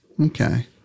okay